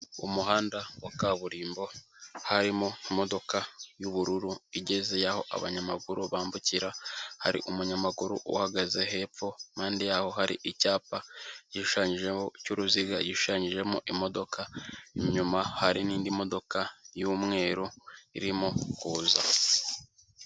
Umuhanda wa kaburimbo harimo imodoka y'ubururu igeze y'aho abanyamaguru bambukira, hari umunyamaguru uhagaze hepfo impande yaho hari icyapa cy'uruziga yishushanyijemo imodoka, inyuma hari n'indi modoka y'umweru irimo kuza.